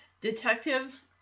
detective